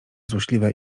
złośliwe